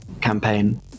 campaign